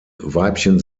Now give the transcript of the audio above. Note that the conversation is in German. weibchen